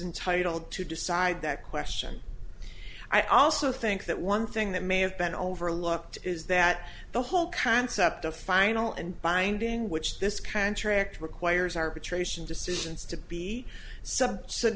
intitled to decide that question i also think that one thing that may have been overlooked is that the whole concept of final and binding which this contract requires arbitration decisions to be some s